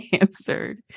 answered